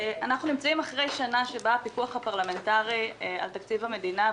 אנחנו נמצאים אחרי שנה שבה הפיקוח הפרלמנטרי על תקציב המדינה,